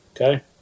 okay